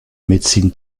médecine